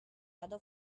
other